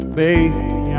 baby